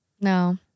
No